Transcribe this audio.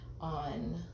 on